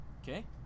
Okay